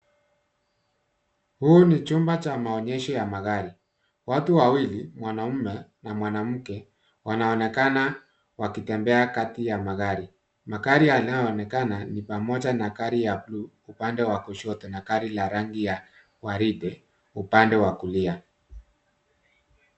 Huu ni chumba cha maonyesho ya magati. Watu wawili mwanaume na mwanamke wanaonekana wakitembea kati ya magari .Magari yanayoonekana ni pamoja gari ya bluu upande wa kushoto na gari ya rangi ya waridi upande wa kulia.